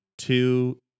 two